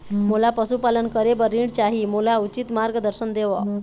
मोला पशुपालन करे बर ऋण चाही, मोला उचित मार्गदर्शन देव?